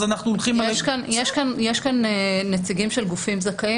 אז אנחנו הולכים --- יש כאן נציגים של גופים זכאים,